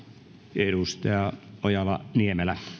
edustaja ojala niemelä